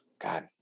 God